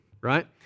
right